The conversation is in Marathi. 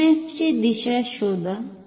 ईएमएफ ची दिशा शोधा